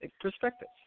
perspectives